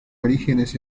orígenes